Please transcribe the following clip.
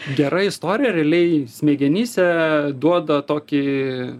gera istorija realiai smegenyse duoda tokį